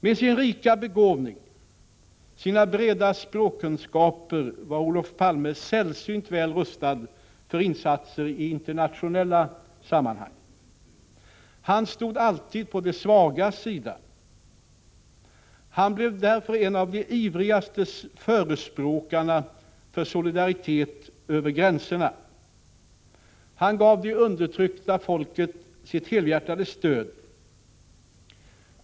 Med sin rika begåvning och sina breda språkkunskaper var Olof Palme sällsynt väl rustad för insatser i internationella sammanhang. Han stod alltid på de svagas sida. Han blev därför en av de ivrigaste förespråkarna för solidaritet över gränserna. Han gav de undertryckta folken sitt helhjärtade stöd.